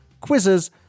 quizzes